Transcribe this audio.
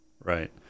Right